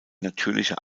natürlicher